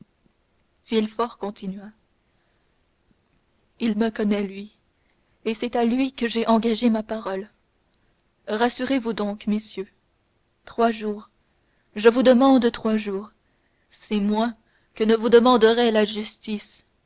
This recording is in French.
villefort continua il me connaît lui et c'est à lui que j'ai engagé ma parole rassurez-vous donc messieurs trois jours je vous demande trois jours c'est moins que ne vous demanderait la justice